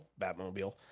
Batmobile